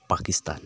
Pakistan